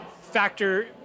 factor